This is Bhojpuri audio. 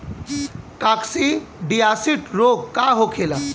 काकसिडियासित रोग का होखेला?